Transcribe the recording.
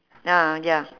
ah ya